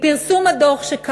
מהדוח שפורסם,